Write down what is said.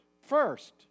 first